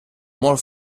molt